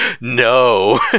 no